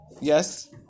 Yes